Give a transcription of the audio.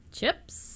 Chips